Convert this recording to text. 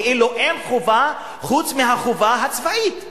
כאילו אין חובה חוץ מהחובה הצבאית,